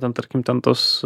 ten tarkim ten tuos